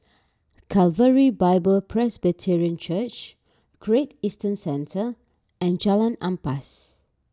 Calvary Bible Presbyterian Church Great Eastern Centre and Jalan Ampas